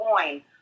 coin